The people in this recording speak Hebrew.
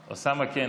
אוסאמה, כן.